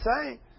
say